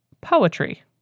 Poetry